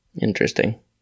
Interesting